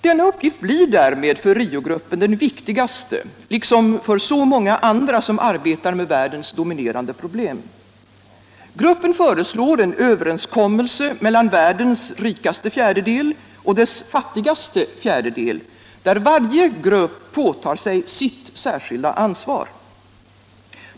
Denna uppgift blir därmed för RIO-gruppen den viktigaste liksom för så många andra som arbetar med världens dominerande problem. Gruppen föreslår en överenskommelse mellan världens rikaste fjärdedel och dess fattigaste fjärdedel, där varje grupp påtar sig sitt särskilda ansvar.